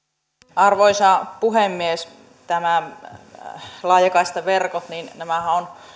arvoisa puhemies nämä laajakaistaverkothan ovat